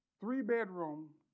three-bedroom